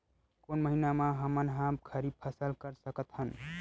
कोन महिना म हमन ह खरीफ फसल कर सकत हन?